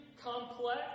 complex